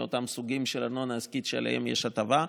מאותם סוגים של ארנונה עסקית שעליהם יש הטבה.